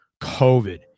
COVID